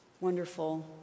wonderful